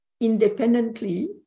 independently